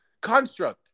construct